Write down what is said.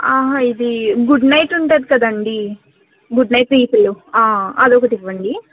ఆహా ఇది good night ఉంటది కదండీ గుడ్ నైట్ రీఫిలు అదొకటి ఇవ్వండి